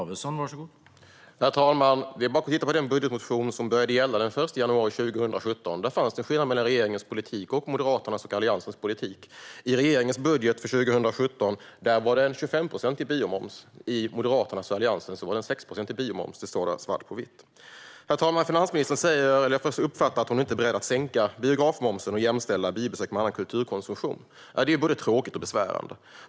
Herr talman! Det är bara att titta på den budgetmotion som började gälla den 1 januari 2017. Där fanns det en skillnad mellan regeringens politik och Moderaternas och Alliansens politik. I regeringens budget för 2017 var det en 25-procentig biomoms. I Moderaternas och Alliansens var det en 6-procentig biomoms. Det står där svart på vitt. Herr talman! Jag uppfattar det som att finansministern inte är beredd att sänka biografmomsen och jämställa biobesök med annan kulturkonsumtion. Det är både tråkigt och besvärande.